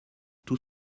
tout